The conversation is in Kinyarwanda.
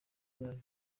bwayo